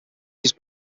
these